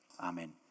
amen